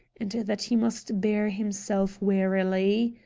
and that he must bear himself warily.